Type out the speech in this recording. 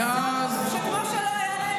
מאז,